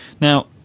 Now